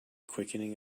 quickening